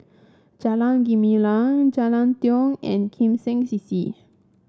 Jalan Gumilang Jalan Tiong and Kim Seng C C